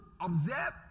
Observe